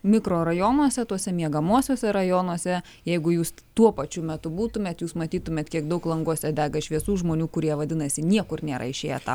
mikrorajonuose tuose miegamuosiuose rajonuose jeigu jūs tuo pačiu metu būtumėt jūs matytumėt kiek daug languose dega šviesų žmonių kurie vadinasi niekur nėra išėję tą